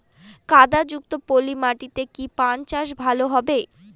কাদা যুক্ত পলি মাটিতে কি পান চাষ ভালো হবে?